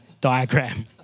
diagram